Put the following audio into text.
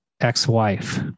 ex-wife